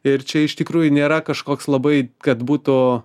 ir čia iš tikrųjų nėra kažkoks labai kad būtų